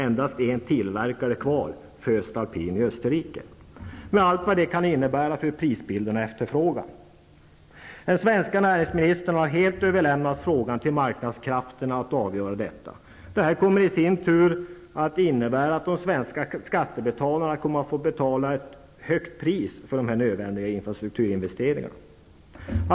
Endast en tillverkare är kvar i Europa, Voest Alpin i Österrike. Det skall ses mot bakgrund av allt vad det kan innebära för prisbilden och efterfrågan. Sveriges näringsminister har helt överlåtit avgörandet i frågan på marknadskrafterna. Det i sin tur innebär att de svenska skattebetalarna kommer att få betala ett högt pris för dessa nödvändiga infrasturinvesteringar.